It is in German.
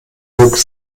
zog